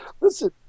Listen